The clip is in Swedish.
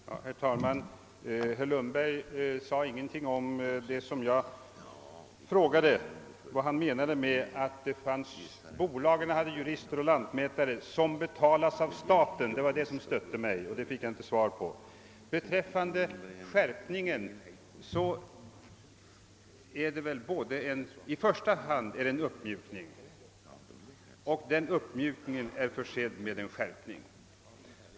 Herr talman! Herr Lundberg svarar inte på min fråga, vad han menade med det påstående som stötte mig, nämligen att bolagen hade lantmätare och jurister som betalas av staten. Den nya lagen innebär i första hand en uppmjukning. Men denna uppmjukning är förenad med en skärpning.